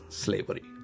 slavery